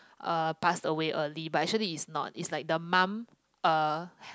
uh passed away early but actually is not is like the mum uh